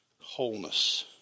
wholeness